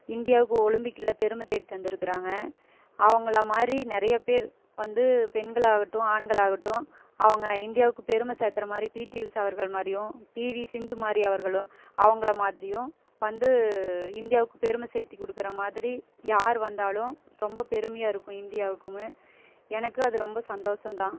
இந்தியாவுக்கு ஒலிம்பிக்கில் பெருமை தேடி தந்துருக்குறாங்க அவங்களை மாதிரி நிறைய பேர் வந்து பெண்களாகட்டும் ஆண்களாகட்டும் அவங்க இந்தியாவுக்கு பெருமை சேர்த்துற மாதிரி பீடி உஷா அவர்கள் மாதிரியும் பிவி சிந்து மாதிரி அவர்களும் அவங்களை மாதிரியும் வந்து இந்தியாவுக்கு பெருமை சேர்த்தி கொடுக்குற மாதிரி யார் வந்தாலும் ரொம்ப பெருமையாக இருக்கும் இந்தியாவுக்குமே எனக்கு அது ரொம்ப சந்தோஷம் தான்